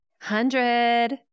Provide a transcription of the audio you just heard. Hundred